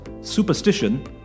superstition